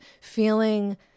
feeling